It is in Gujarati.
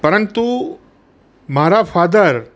પરંતુ મારા ફાધર